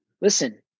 listen